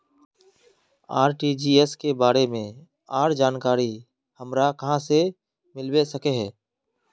RTGS के बारे में आर जानकारी हमरा कहाँ से मिलबे सके है?